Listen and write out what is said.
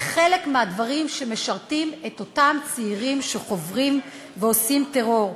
זה חלק מהדברים שמשרתים את אותם צעירים שחוברים ועושים טרור.